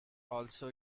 also